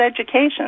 education